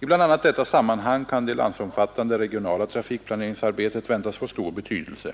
I bl.a. detta sammanhang kan det landsomfattande regionala trafikplaneringsarbetet väntas få stor betydelse.